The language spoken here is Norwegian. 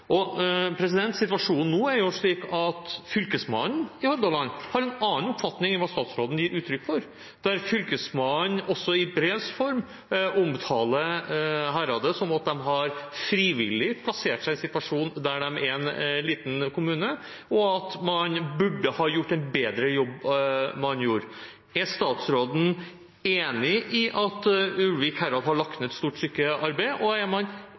Situasjonen nå er jo slik at Fylkesmannen i Hordaland har en annen oppfatning enn det statsråden gir uttrykk for, der Fylkesmannen også i brevs form omtaler heradet som at de frivillig har plassert seg i en situasjon der de er en liten kommune, og at man burde ha gjort en bedre jobb enn man gjorde. Er statsråden enig i at Ulvik herad har lagt ned et stort stykke arbeid, og er man